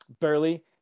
Burley